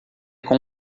com